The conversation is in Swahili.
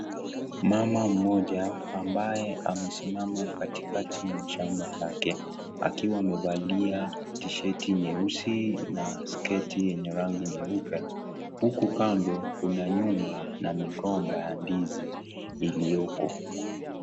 Mama mmoja ambaye amesimama katikati wa shamba lake akiwa amevalia tisheti nyeusi na skati ya rangi nyeupe huku kando kuna nyumba na migomba ya ndizi iliyoko.